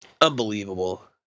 Unbelievable